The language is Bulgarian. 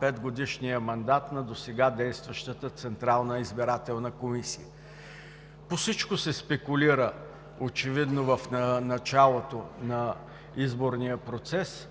петгодишният мандат на досега действащата Централна избирателна комисия. По всичко се спекулира очевидно в началото на изборния процес.